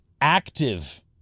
active